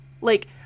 like-